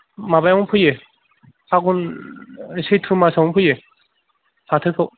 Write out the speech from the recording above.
माबायावनो फोयो फागुन सैत्र' मासआवनो फोयो फाथोखौ